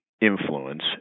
influence